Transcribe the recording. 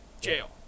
Jail